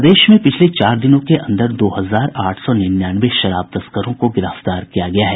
प्रदेश में पिछले चार दिनों के अंदर दो हजार आठ सौ निन्यानवे शराब तस्करों को गिरफ्तार किया गया है